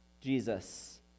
Jesus